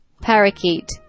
Parakeet